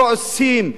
כועסים,